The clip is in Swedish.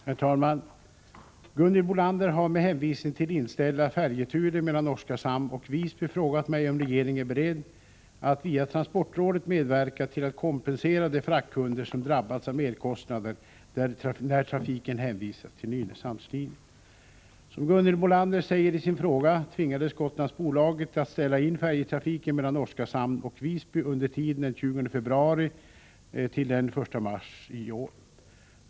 Herr talman! Gunhild Bolander har med hänvisning till inställda färjeturer mellan Oskarshamn och Visby frågat mig om regeringen är beredd att via transportrådet medverka till att kompensera de fraktkunder som drabbats av merkostnader när trafiken hänvisats till Nynäshamnslinjen. Som Gunhild Bolander säger i sin fråga tvingades Gotlandsbolaget att ställa in färjetrafiken mellan Oskarshamn och Visby under tiden den 20 februari-den 1 mars i år.